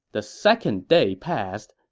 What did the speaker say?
the second day passed,